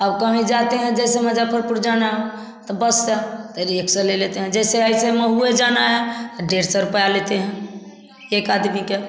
अब कहैं जाते हैं जैसे मुज़फ़्फ़रपुर जाना तो बस से त रिक्शा ले लेते हैं जैसे ऐसे महुए जाना है डेढ़ सौ रुपया लेते हैं एक आदमी के